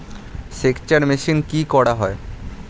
সেকচার মেশিন কি করা হয়?